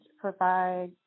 provide